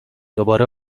دوباره